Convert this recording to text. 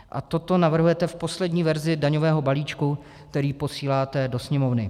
A toto navrhujete v poslední verzi daňového balíčku, který posíláte do Sněmovny.